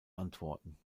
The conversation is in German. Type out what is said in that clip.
antworten